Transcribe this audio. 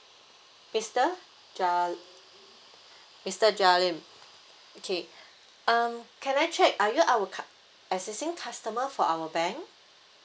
mister ja~ mister jalim okay um can I check are you our cu~ existing customer for our bank